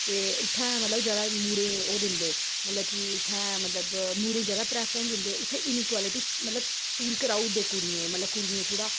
ते उ'त्थें मतलब जादा मुड़ें ई ओह् दिंदे मतलब कि उ'त्थें मतलब मुड़ें ई जादा प्रेफरेंस दिंदे उ'त्थें इनइक्वलिटी मतलब फील कराऊदे कुड़ियें ई मतलब कुड़ियें थोह्ड़ा